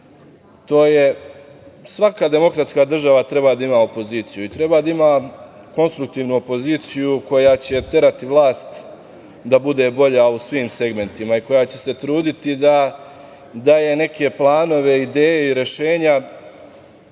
priliku. Svaka demokratska država treba da ima opoziciju i treba da ima konstruktivnu opoziciju koja će terati vlast da bude bolja u svim segmentima i koja će se truditi da daje neke planove, ideje i rešenja